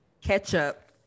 Ketchup